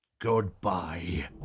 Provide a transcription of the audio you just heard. Goodbye